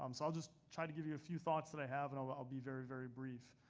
um so i'll just try to give you a few thoughts that i have, and i'll but i'll be very very brief.